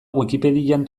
wikipedian